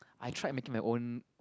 I tried making my own